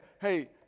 hey